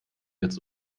jetzt